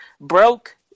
Broke